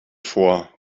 vor